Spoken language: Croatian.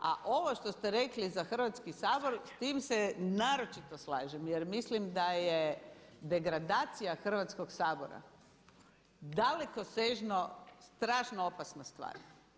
A ovo što ste rekli za Hrvatski sabor s tim se naročito slažem jer mislim da je degradacija Hrvatskog sabora dalekosežno strašno opasna stvar.